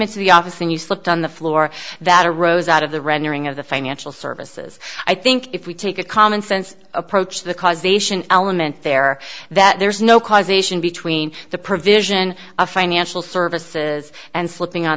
into the office and you slipped on the floor that arose out of the rendering of the financial services i think if we take a commonsense approach the causation element there that there's no causation between the provision of financial services and slipping on